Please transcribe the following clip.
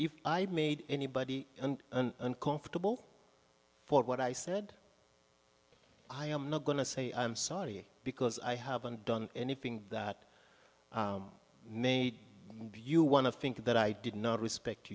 if anybody and an uncomfortable for what i said i am not going to say i'm sorry because i haven't done anything that made you want to think that i did not respect